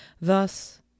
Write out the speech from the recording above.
thus